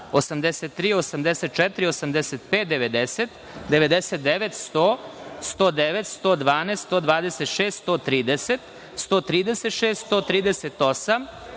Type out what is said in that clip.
83, 84, 85, 90, 99, 100, 109, 112, 126, 130, 136, 138,